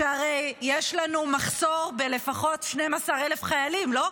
הרי יש לנו מחסור בלפחות 12,000 חיילים, לא?